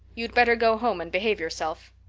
you'd better go home and behave yourself.